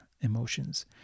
emotions